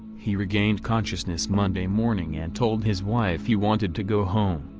he regained consciousness monday morning and told his wife he wanted to go home.